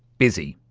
busy!